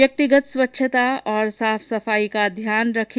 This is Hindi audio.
व्यक्तिगत स्वच्छता और साफ सफाई का ध्यान रखें